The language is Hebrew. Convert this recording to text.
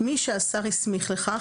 מי שהשר הסמיך לכך,